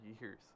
years